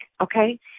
okay